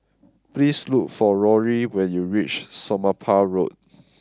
please look for Rory when you reach Somapah Road